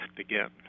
again